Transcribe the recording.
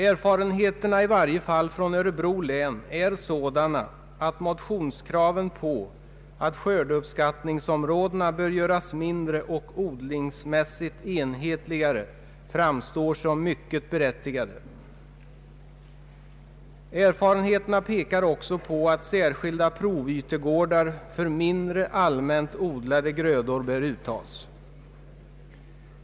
Erfarenheterna i varje fall från Örebro län är sådana att motionskraven på att skördeuppskattningsområdena skall göras mindre och odlingsmässigt enhetligare framstår som mycket berättigade. Erfarenheterna pekar också på att särskilda provytegårdar för mindre allmänt odlade grödor bör tas ut.